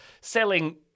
selling